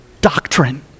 Doctrine